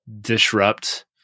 disrupt